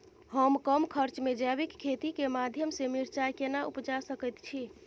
हम कम खर्च में जैविक खेती के माध्यम से मिर्चाय केना उपजा सकेत छी?